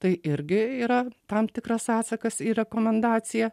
tai irgi yra tam tikras atsakas į rekomendaciją